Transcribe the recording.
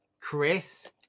Chris